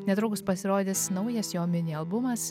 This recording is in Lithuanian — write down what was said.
netrukus pasirodys naujas jo mini albumas